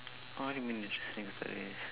what do you mean interesting stories